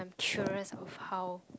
curious of how